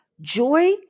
joy